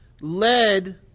led